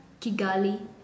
Kigali